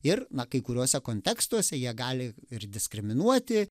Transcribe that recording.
ir na kai kuriuose kontekstuose jie gali ir diskriminuoti